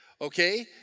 okay